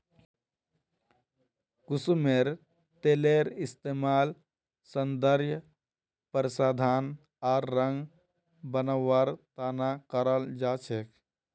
कुसुमेर तेलेर इस्तमाल सौंदर्य प्रसाधन आर रंग बनव्वार त न कराल जा छेक